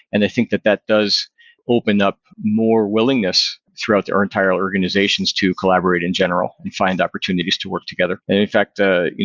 and i think that that does open up more willingness throughout their entire organizations to collaborate in general and find opportunities to work together. in fact, ah